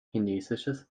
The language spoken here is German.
chinesisches